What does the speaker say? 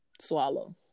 swallow